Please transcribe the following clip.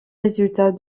résultat